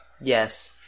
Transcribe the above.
Yes